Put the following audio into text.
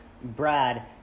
Brad